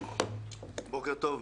בוקר טוב.